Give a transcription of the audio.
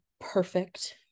perfect